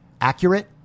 accurate